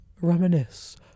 reminisce